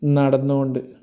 നടന്നു കൊണ്ട്